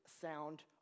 sound